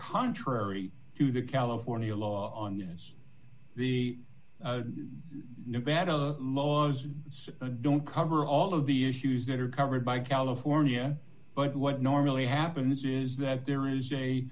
contrary to the california law on yes the nevada laws don't cover all of the issues that are covered by california but what normally happens is that there is a